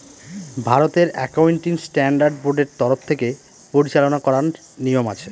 ভারতের accounting standard বোর্ডের তরফ থেকে পরিচালনা করার নিয়ম আছে